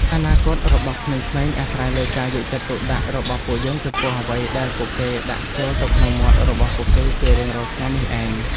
អនាគតរបស់ក្មេងៗអាស្រ័យលើការយកចិត្តទុកដាក់របស់ពួកយើងចំពោះអ្វីដែលពួកគេដាក់ចូលទៅក្នុងមាត់របស់ពួកគេជារៀងរាល់ថ្ងៃនេះឯង។